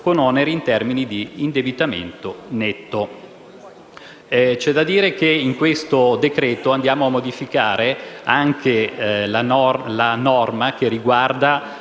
con oneri in termini di indebitamento netto.